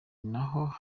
naho